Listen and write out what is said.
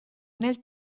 nel